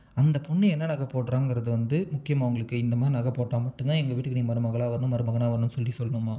அந்த பொண்ணு என்ன நகை போடுறாங்கிறது வந்து முக்கியமா உங்களுக்கு இந்த மாதிரி நகை போட்டால் மட்டும் தான் எங்கள் வீட்டுக்கு நீ மருமகளாக வரணும் மருமகனாக வரணும்னு சொல்லி சொல்லணுமா